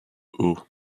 haut